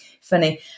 funny